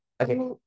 okay